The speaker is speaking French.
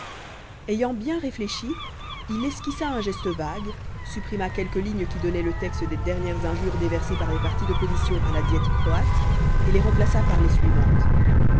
ayant bien réfléchi il esquissa un geste vague supprima quelques lignes qui donnaient le texte des dernières injures déversées par les partis d'opposition à la diète croate et les remplaça par les suivantes